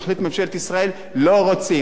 שתחליט ממשלת ישראל שלא רוצים.